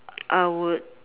I would